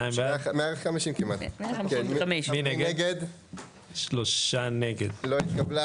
הצבעה בעד, 2 נגד, 3 נמנעים, 0 הרביזיה לא התקבלה.